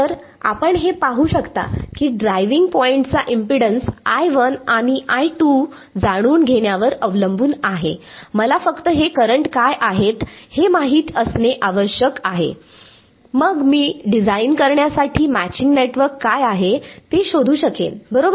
तर आपण हे पाहू शकता की ड्रायव्हींग पॉईंटचा इम्पेडन्स आणि जाणून घेण्यावर अवलंबून आहे मला फक्त हे करंट काय आहेत हे माहित असणे आवश्यक आहे मग मी डिझाईन करण्यासाठी मॅचिंग नेटवर्क काय आहे ते शोधू शकेन बरोबर